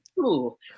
cool